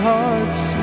Hearts